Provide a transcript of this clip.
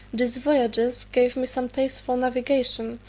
these voyages gave me some taste for navigation,